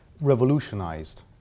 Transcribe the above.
revolutionized